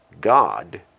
God